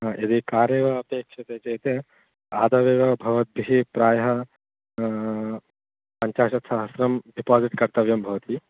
हा यदि कारेव अपेक्षते चेत् आदौ एव भवद्भिः प्रायः पञ्चाशत्सहस्रं डेपसिट् कर्तव्यं भवति